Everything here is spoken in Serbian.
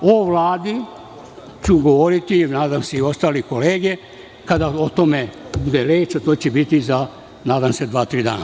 O Vladi ću govoriti, nadam se i ostale kolege kada o tome bude reč, a to će biti za, nadam se, dva, tri dana.